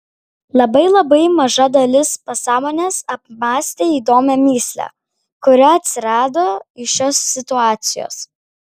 labai labai maža dalis pasąmonės apmąstė įdomią mįslę kuri atsirado iš šios situacijos